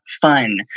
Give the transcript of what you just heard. fun